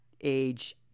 age